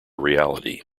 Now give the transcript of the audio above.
reality